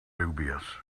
dubious